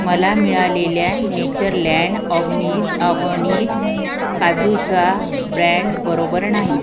मला मिळालेल्या Natureland Organics Organics काजूचा ब्रँड बरोबर नाही